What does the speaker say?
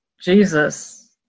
Jesus